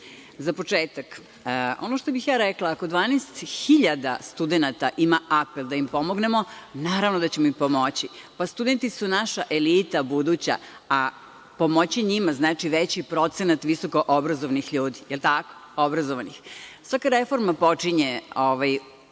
početak, ono što bih ja rekla, ako 12.000 studenata ima apel da im pomognemo, naravno da ćemo im pomoći. Studenti su naša elita buduća, a pomoći njima znači veći procenat visoko obrazovanih ljudi. Svaka reforma počinje sa